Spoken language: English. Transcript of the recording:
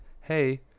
Hey